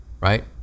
right